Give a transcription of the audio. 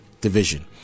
division